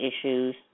issues